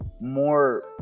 more